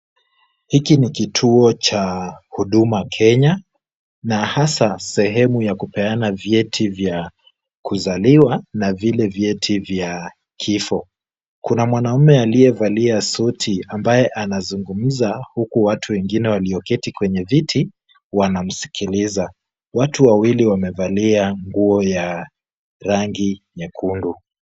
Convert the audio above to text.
Hiki ni kituo cha huduma Kenya, na hasa katika sehemu ya kupeana vyeti vya kuzaliwa na vile vyeti vya kifo. Kuna mwanaume aliyevalia suti ambaye anazungumza, huku watu wengine walioketi kwenye viti, wanamsikiliza. Watu wawili wamevalia nguo ya rangi nyekundu.